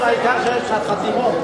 יש חתימה.